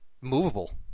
movable